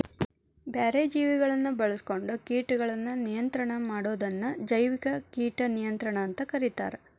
ಬ್ಯಾರೆ ಜೇವಿಗಳನ್ನ ಬಾಳ್ಸ್ಕೊಂಡು ಕೇಟಗಳನ್ನ ನಿಯಂತ್ರಣ ಮಾಡೋದನ್ನ ಜೈವಿಕ ಕೇಟ ನಿಯಂತ್ರಣ ಅಂತ ಕರೇತಾರ